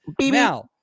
now